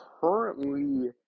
currently